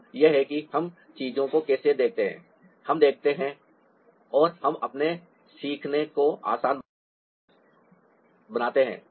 अब यह है कि हम चीजों को कैसे देखते हैं हम सीखते हैं और हम अपने सीखने को आसान बनाते हैं